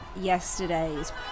yesterday's